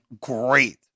great